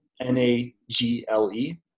N-A-G-L-E